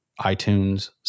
iTunes